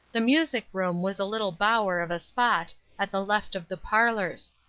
the music room was a little bower of a spot at the left of the parlors.